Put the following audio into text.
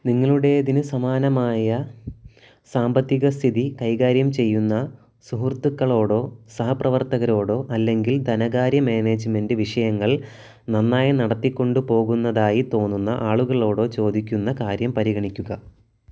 നിങ്ങളുടേതിന് സമാനമായ സാമ്പത്തിക സ്ഥിതി കൈകാര്യം ചെയ്യുന്ന സുഹൃത്തുക്കളോടോ സഹപ്രവർത്തകരോടോ അല്ലെങ്കിൽ ധനകാര്യ മാനേജ്മെൻ്റ് വിഷയങ്ങള് നന്നായി നടത്തിക്കൊണ്ടു പോകുന്നതായി തോന്നുന്ന ആളുകളോടോ ചോദിക്കുന്ന കാര്യം പരിഗണിക്കുക